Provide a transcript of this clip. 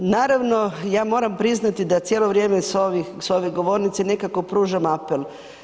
Naravno, ja moram priznati da cijelo vrijeme s ove govornice pružam apel.